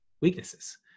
weaknesses